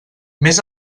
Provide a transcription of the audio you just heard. més